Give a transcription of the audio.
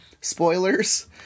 spoilers